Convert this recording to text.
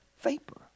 vapor